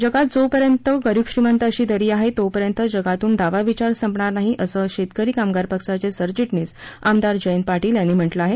जगात जो पर्यंत गरीब श्रीमंत अशी दरी आहे तोपर्यंत जगातून डावा विचार संपणार नाही असं शेतकरी कामगार पक्षाचे सरचिटणीस आमदार जयंत पाटील यांनी म्हटलं आहे